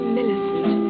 Millicent